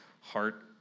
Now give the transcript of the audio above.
heart